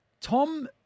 Tom